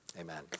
Amen